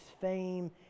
fame